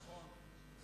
נכון.